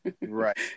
right